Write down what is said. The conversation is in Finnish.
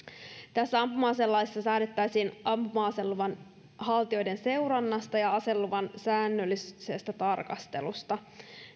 tässä ampuma aselaissa säädettäisiin ampuma aseluvan haltijoiden seurannasta ja aseluvan säännöllisestä tarkastelusta